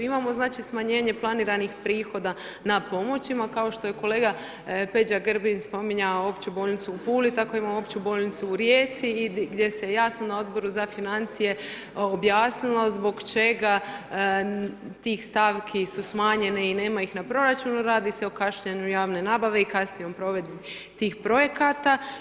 Imamo znači smanjenje planiranih prihoda na pomoćima, kao što je kolega Peđa Grbin spominjao Opću bolnicu u Puli, tako imamo Opću bolnicu u Rijeci gdje se jasno na Odboru za financije objasnilo zbog čega tih stavki su smanjene i nema ih na proračunu, radi se o kašnjenju javne nabave i kasnoj provedbi tih projekata.